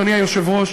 אדוני היושב-ראש,